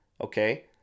okay